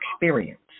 experience